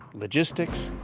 logistics,